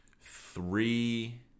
Three